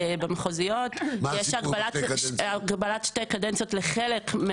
במחוזיות יש הגבלה לשתי קדנציות לחלק,